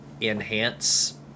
enhance